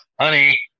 honey